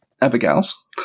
Abigail's